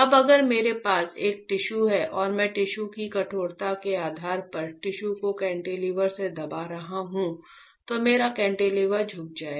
अब अगर मेरे पास एक टिश्यू है और मैं टिश्यू की कठोरता के आधार पर टिश्यू को कैंटिलीवर से दबा रहा हूं तो मेरा कैंटिलीवर झुक जाएगा